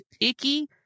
icky